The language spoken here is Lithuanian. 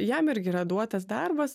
jam irgi yra duotas darbas